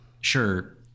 sure